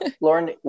Lauren